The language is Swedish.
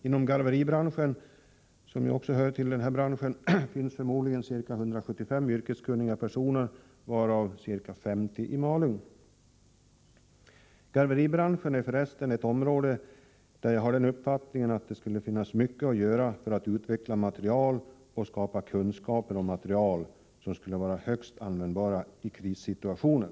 Inom garveribranschen, som ju är en bransch inom svensk skinnindustri, finns det förmodligen ca 175 yrkeskunniga personer, varav ca 50 i Malung. Garveribranschen är för resten ett område — den uppfattningen har jag — där det finns mycket att göra för att utveckla och skapa kunskaper om material som skulle vara högst användbara i krissituationer.